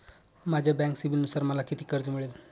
माझ्या बँक सिबिलनुसार मला किती कर्ज मिळेल?